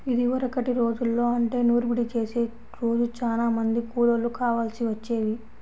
ఇదివరకటి రోజుల్లో అంటే నూర్పిడి చేసే రోజు చానా మంది కూలోళ్ళు కావాల్సి వచ్చేది